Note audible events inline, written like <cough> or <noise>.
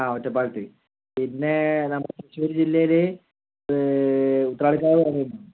ആ ഒറ്റപ്പാലത്ത് പിന്നേ നമ്മുടെ തൃശ്ശൂര് ജില്ലയില് ഉത്രാലിക്കാവ് <unintelligible> ഉണ്ടാവും